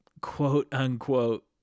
quote-unquote